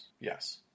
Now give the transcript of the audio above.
Yes